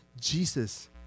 Jesus